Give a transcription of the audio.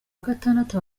gatandatu